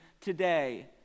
today